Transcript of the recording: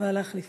שבא להחליף